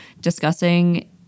discussing